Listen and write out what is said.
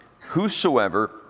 whosoever